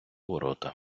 ворота